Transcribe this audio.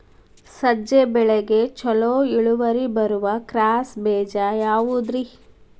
ಸಜ್ಜೆ ಬೆಳೆಗೆ ಛಲೋ ಇಳುವರಿ ಬರುವ ಕ್ರಾಸ್ ಬೇಜ ಯಾವುದ್ರಿ?